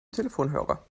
telefonhörer